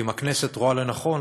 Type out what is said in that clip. ואם הכנסת רואה לנכון,